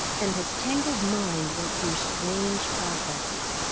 and his tangled mind went through strange processes.